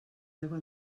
aigua